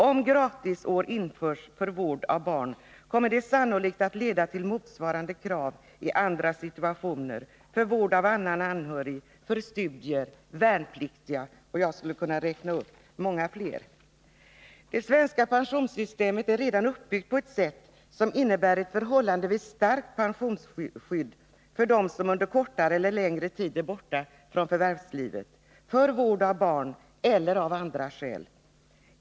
Om gratisår införs för vård av barn, kommer det sannolikt att leda till motsvarande krav från människor i andra situationer: för vård av anhörig, för studier och för värnplikt. Jag skulle kunna fortsätta uppräkningen. Det svenska pensionssystemet är redan uppbyggt på ett sätt som innebär ett förhållandevis starkt pensionsskydd för dem som under kortare eller längre tid är borta från förvärvslivet för vård av barn eller av andra skäl.